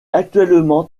actuellement